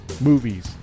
movies